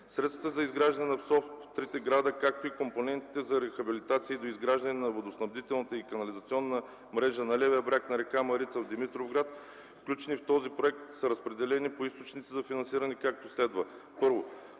Средствата за изграждане на ПСОВ в трите града, както и компонентите за рехабилитация и доизграждане на водоснабдителната и канализационна мрежа на левия бряг на река Марица в Димитровград, включени в този проект, са разпределени по източници за финансиране, както следва: